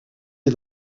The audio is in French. est